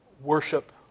worship